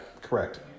correct